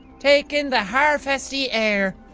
take in the harfesty air.